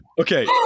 okay